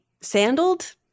sandaled